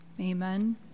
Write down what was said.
Amen